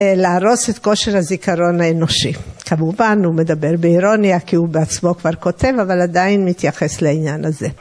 להרוס את כושר הזיכרון האנושי, כמובן הוא מדבר באירוניה כי הוא בעצמו כבר כותב אבל עדיין מתייחס לעניין הזה.